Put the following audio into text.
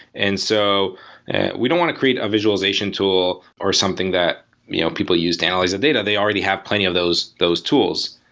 and so we don't want create a visualization tool or something that you know people use to analyze a data. they already have plenty of those those tools,